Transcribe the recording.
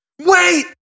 wait